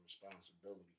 Responsibility